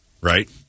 right